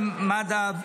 קאדים מד'הב,